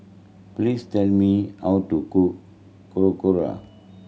please tell me how to cook Korokke